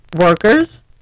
workers